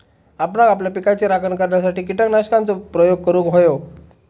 आपणांक आपल्या पिकाची राखण करण्यासाठी कीटकनाशकांचो प्रयोग करूंक व्हयो